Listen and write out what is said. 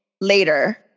later